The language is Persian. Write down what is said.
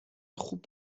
خوب